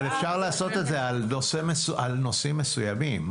אבל אפשר לעשות את זה על נושאים מסוימים.